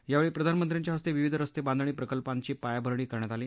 यावेळी प्रधानमंत्र्यांच्या हस्ते विविध रस्ते बांधणी प्रकल्पांची पायाभरणी करण्यात आली